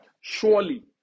Surely